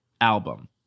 album